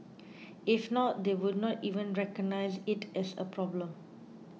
if not they would not even recognise it as a problem